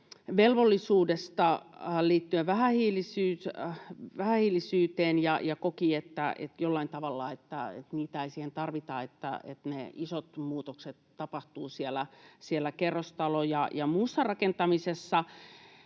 velvollisuudesta liittyä vähähiilisyyteen, ja koki, että jollain tavalla niitä ei siihen tarvita, että ne isot muutokset tapahtuvat siellä kerrostalo- ja muussa rakentamisessa.